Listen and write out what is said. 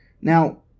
Now